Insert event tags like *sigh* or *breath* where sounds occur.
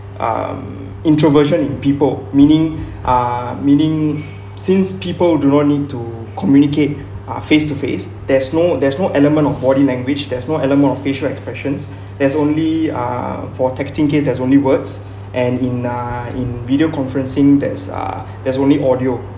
um introversion in people meaning *breath* ah meaning since people do not need to communicate *breath* uh face to face there's no there's no element of body language there's no element of facial expressions *breath* there's only uh for texting case there's only words and in uh in video conferencing there's uh *breath* there's only audio